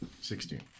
Sixteen